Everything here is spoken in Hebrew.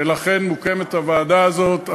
ולכן מוקמת הוועדה הזאת.